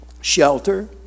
shelter